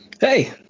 hey